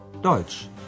Deutsch